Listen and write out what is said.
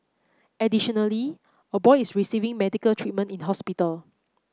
additionally a boy is receiving medical treatment in hospital